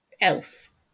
else